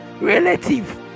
relative